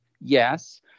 yes